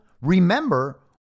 remember